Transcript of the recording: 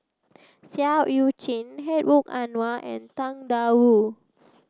Seah Eu Chin Hedwig Anuar and Tang Da Wu